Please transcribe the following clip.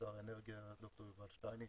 ושר האנרגיה ד"ר יובל שטייניץ,